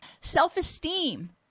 Self-esteem